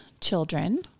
children